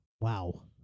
Wow